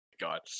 god